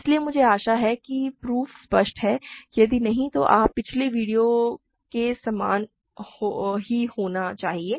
इसलिए मुझे आशा है कि प्रूफ स्पष्ट है यदि नहीं तो आपको यह पिछले वीडियो के समान ही होना चाहिए